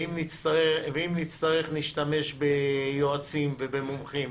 ואם נצטרך, נשתמש ביועצים ובמומחים,